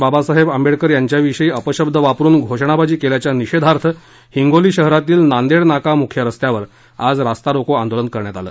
बाबासाहेब आंबेडकर यांच्याविषयी अपशब्द वापरून घोषणाबाजी केल्याच्या निषेधार्थ हिंगोली शहरातील नांदेड नाका मुख्य रस्त्यावर आज रास्ता रोको आंदोलन करण्यात आलं